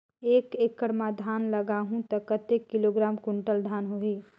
एक एकड़ मां धान लगाहु ता कतेक किलोग्राम कुंटल धान होही?